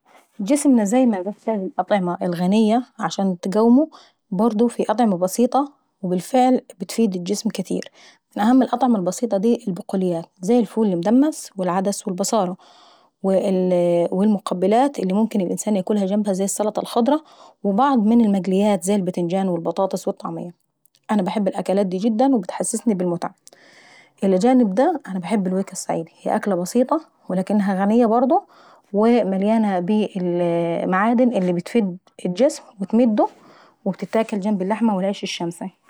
جسمنا دايما محتاج الأطعمة الغنية عشان تقومه، وبرضه الأطعمة البسيطة وبالفعل بتفيد الجسم كاتيير. ومن أهم الأطعمة البسيطة زي الفول المدمس والعدس والبصارة والمقبلات اللي ممكن الانسان ياملا زي السلطة الخضرا، ومن المقليات زي البتنجان والبطاطس، انا باحب الاكلات دي جدا وبتحسسني بالمتعة. الى جانب دي انا باحب الويكة الصعيدي، هي اكلة بسيطة ولكنها غنية ومليانة بالمعادن اللي بتفيد الجسم وتمده وبتتاكل جنب اللحمة والعيش الشمشي.